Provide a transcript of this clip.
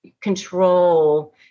control